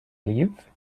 leave